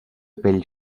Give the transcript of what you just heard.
pell